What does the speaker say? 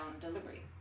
delivery